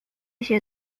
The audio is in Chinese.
一些